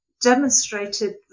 demonstrated